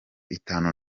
itanu